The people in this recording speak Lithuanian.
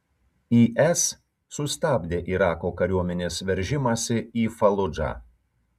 is sustabdė irako kariuomenės veržimąsi į faludžą